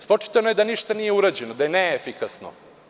Spočitano je da ništa nije urađeno, da je neefikasno.